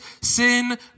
sin